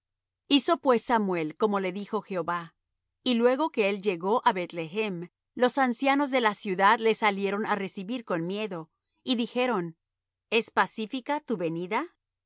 hizo pues samuel como le dijo jehová y luego que él llegó á beth-lehem los ancianos de la ciudad le salieron á recibir con miedo y dijeron es pacífica tu venida